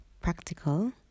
practical